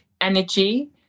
energy